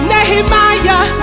Nehemiah